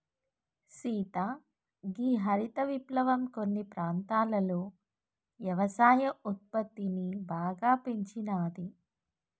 సీత గీ హరిత విప్లవం కొన్ని ప్రాంతాలలో యవసాయ ఉత్పత్తిని బాగా పెంచినాది